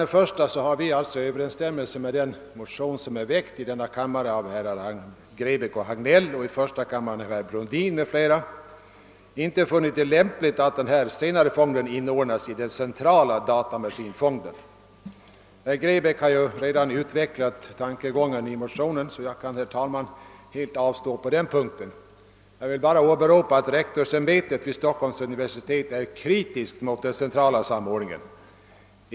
funnit det olämpligt att den nyssnämnda fonden inordnas i den centrala datamaskinfonden. Herr Grebäck har redan utvecklat tankegången i motionen, och jag kan därför, herr talman, avstå från ytterligare argumentering på den punkten. Jag vill endast åberopa att rektorsämbetet vid Stockholms universitet är kritiskt mot den centrala samordningen.